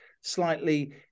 slightly